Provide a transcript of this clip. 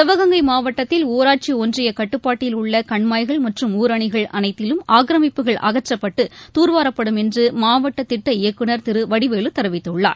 சிவகங்கை மாவட்டத்தில் ஊராட்சி ஒன்றிய கட்டுப்பாட்டில் உள்ள கண்மாய்கள் மற்றும் ஊரணிகள் அனைத்திலும் ஆக்கரமிப்புகள் அகற்றப்பட்டு தூர் வாரப்படும் என்று மாவட்ட திட்ட இயக்குநர் திரு வடிவேலு தெரிவித்துள்ளார்